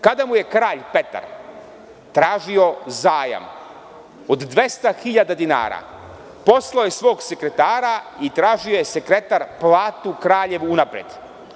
Kada mu je Kralj Petar tražio zajam od 200 hiljada dinara, poslao je svog sekretara i tražio je sekretar platu kraljevu unapred.